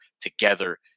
together